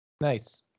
Nice